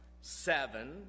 seven